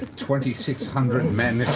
twenty six hundred men